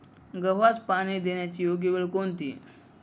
गव्हास पाणी देण्याची योग्य वेळ कोणती?